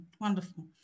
Wonderful